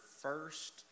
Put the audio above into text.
first